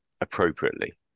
appropriately